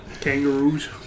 Kangaroos